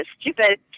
stupid